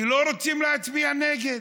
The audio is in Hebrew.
כי לא רוצים להצביע נגד,